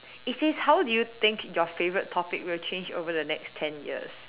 it says how do you think your favourite topic will change over the next ten years